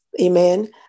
Amen